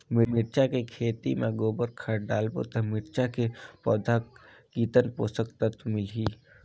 मिरचा के खेती मां गोबर खाद डालबो ता मिरचा के पौधा कितन पोषक तत्व मिलही?